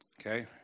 Okay